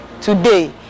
Today